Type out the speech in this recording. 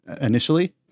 initially